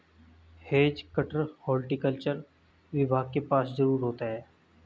has cutter horticulture विभाग के पास जरूर होता है